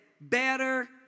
better